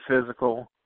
physical